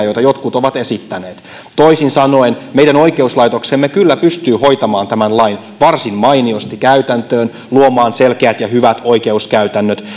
joita jotkut ovat esittäneet toisin sanoen meidän oikeuslaitoksemme kyllä pystyy hoitamaan tämän lain varsin mainiosti käytäntöön luomaan selkeät ja hyvät oikeuskäytännöt